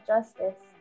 Justice